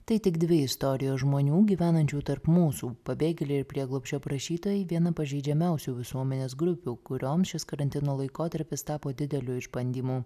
tai tik dvi istorijos žmonių gyvenančių tarp mūsų pabėgėliai ir prieglobsčio prašytojai viena pažeidžiamiausių visuomenės grupių kurioms šis karantino laikotarpis tapo dideliu išbandymu